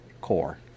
core